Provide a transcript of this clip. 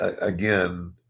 again